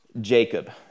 Jacob